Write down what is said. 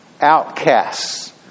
outcasts